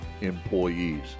employees